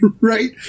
Right